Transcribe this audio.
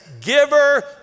giver